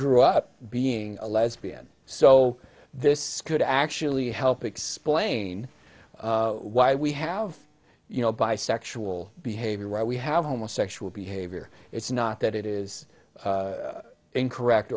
grew up being a lesbian so this could actually help explain why we have you know bi sexual behavior why we have homo sexual behavior it's not that it is incorrect